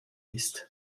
ist